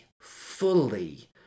fully